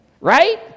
right